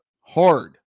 hard